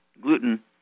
gluten